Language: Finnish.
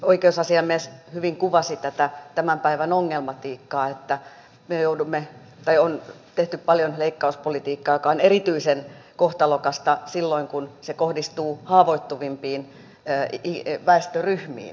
oikeusasiamies hyvin kuvasi tätä tämän päivän ongelmatiikkaa että on tehty paljon leikkauspolitiikkaa joka on erityisen kohtalokasta silloin kun se kohdistuu haavoittuvimpiin väestöryhmiin